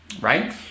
right